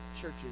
churches